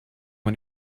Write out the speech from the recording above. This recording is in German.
man